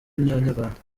inyarwanda